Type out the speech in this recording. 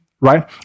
right